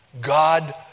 god